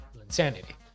insanity